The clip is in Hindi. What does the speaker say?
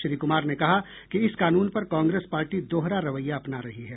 श्री कुमार ने कहा कि इस कानून पर कांग्रेस पार्टी दोहरा रवैया अपना रही है